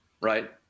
right